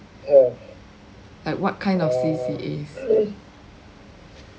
like what kind of C_C_As